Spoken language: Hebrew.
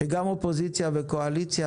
שגם אופוזיציה וקואליציה,